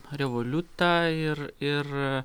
revoliutą ir ir